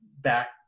back